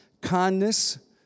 kindness